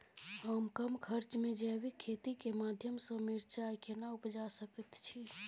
हम कम खर्च में जैविक खेती के माध्यम से मिर्चाय केना उपजा सकेत छी?